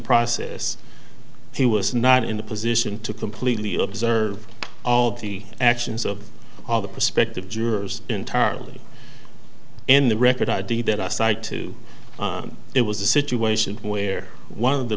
process he was not in the position to completely observe all of the actions of all the prospective jurors entirely in the record id that i cited to it was a situation where one of the